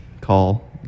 call